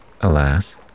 Alas